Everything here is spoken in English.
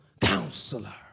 counselor